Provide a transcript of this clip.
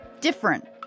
different